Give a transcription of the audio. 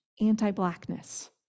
anti-blackness